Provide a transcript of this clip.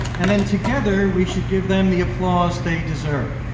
and then together, we should give them the applause they deserve.